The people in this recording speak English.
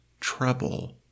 treble